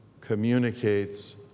communicates